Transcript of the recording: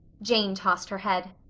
jane tossed her head.